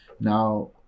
now